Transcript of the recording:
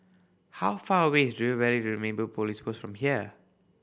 how far away is River Valley Neighbourhood Police Post from here